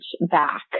back